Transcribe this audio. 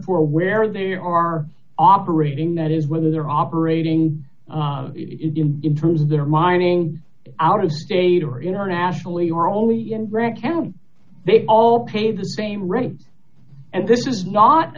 for where they are operating that is whether they're operating it in in terms of their minds out of state or internationally or only in grant county they all pay the same rate and this is not